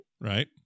Right